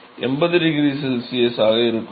கலவை கப் குழாயின் வெளியேறும் போது 80 𝆩 C ஆக இருக்கும்